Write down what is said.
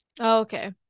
okay